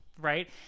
Right